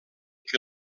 que